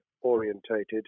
orientated